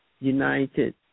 united